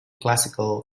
classical